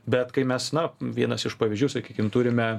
bet kai mes na vienas iš pavyzdžių sakykim turime